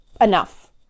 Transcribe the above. enough